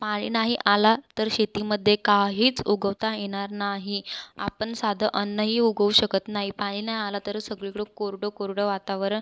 पाणी नाही आला तर शेतीमध्ये काहीच उगवता येणार नाही आपण साधं अन्नही उगवू शकत नाही पाणी नाही आलं तर सगळीकडं कोरडं कोरडं वातावरण